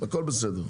הכול בסדר.